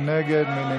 מי נגד?